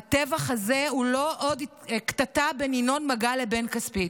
הטבח הזה הוא לא עוד קטטה בין ינון מגל לבן כספית.